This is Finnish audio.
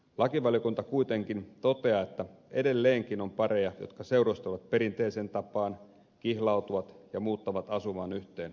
lakivaliokunta kuitenkin toteaa että edelleenkin on pareja jotka seurustelevat perinteiseen tapaan kihlautuvat ja muuttavat asumaan yhteen